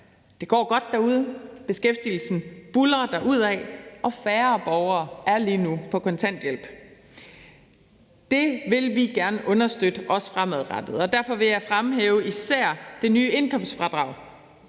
Det går godt derude, beskæftigelsen buldrer derudaf, og færre borgere er lige nu på kontanthjælp. Det vil vi også gerne understøtte fremadrettet, og derfor vil jeg især fremhæve det nye indkomstfradrag.